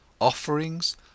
offerings